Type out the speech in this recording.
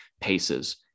paces